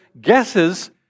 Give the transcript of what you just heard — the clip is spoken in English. guesses